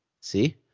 see